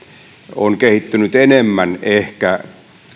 on kehittynyt ehkä enemmän